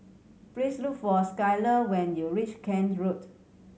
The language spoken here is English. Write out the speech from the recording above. please look for Skyler when you reach Kent Road